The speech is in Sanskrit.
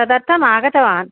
तदर्थम् आगतवान्